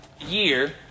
year